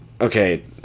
okay